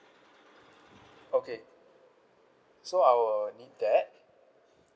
okay so I will need that